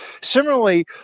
Similarly